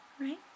Right